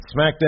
SmackDown